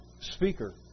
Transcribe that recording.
speaker